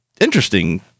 interesting